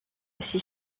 ses